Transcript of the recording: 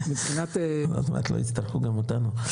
עוד מעט לא יצטרכו גם אותנו,